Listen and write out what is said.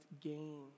gain